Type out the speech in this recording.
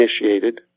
initiated